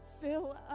Fill